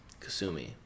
Kasumi